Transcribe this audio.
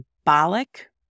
symbolic